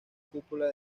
cúpula